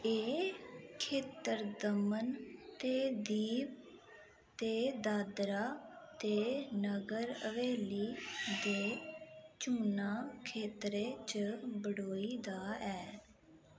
एह् खेतर दमन ते दीव ते दादरा ते नगर हवेली दे चुनांऽ खेतरें च बंडोए दा ऐ